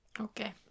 Okay